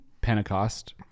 pentecost